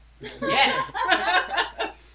Yes